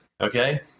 okay